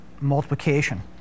multiplication